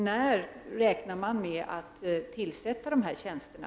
När räknar man med att tillsätta tjänsterna?